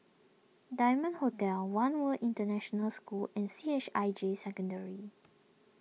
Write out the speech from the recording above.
Diamond Hotel one World International School and C H I J Secondary